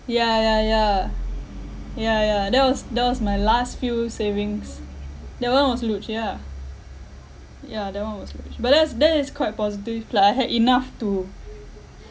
ya ya ya ya ya that was that was my last few savings that one was luge yeah ya that one was luge but that's that is quite positive like I had enough to